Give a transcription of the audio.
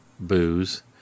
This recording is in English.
Booze